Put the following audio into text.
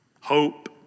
hope